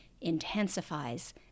intensifies